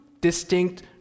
distinct